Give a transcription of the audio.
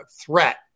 threat